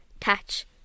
touch